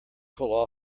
pull